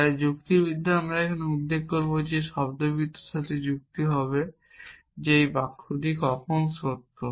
তাই যুক্তিবিদ্যাও আমরা উদ্বেগ করব যে শব্দার্থবিদ্যার সাথে যুক্ত হবে যে এই বাক্যটি কখন সত্য